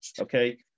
Okay